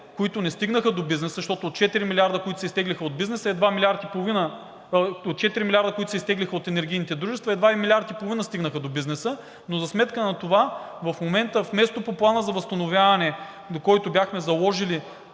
които не стигнаха до бизнеса, защото от 4 милиарда, които се изтеглиха от енергийните дружества, едва 1,5 милиарда стигнаха до бизнеса, но за сметка на това в момента вместо по Плана за възстановяване, до който бяхме заложили